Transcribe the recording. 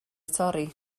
torri